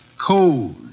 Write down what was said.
cold